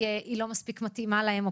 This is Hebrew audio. היא לא מפתיעה אותנו.